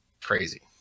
crazy